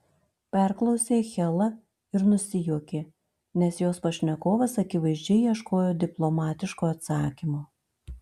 perklausė hela ir nusijuokė nes jos pašnekovas akivaizdžiai ieškojo diplomatiško atsakymo